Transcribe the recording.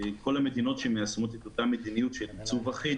כל המדינות שמיישמות את אותה מדיניות של עיצוב אחיד,